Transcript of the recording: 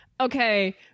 okay